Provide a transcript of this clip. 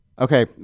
Okay